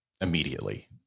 immediately